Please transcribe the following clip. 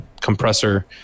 compressor